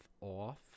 off